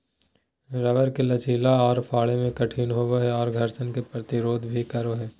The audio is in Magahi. रबर मे लचीला आर फाड़े मे कठिन होवो हय आर घर्षण के प्रतिरोध भी करो हय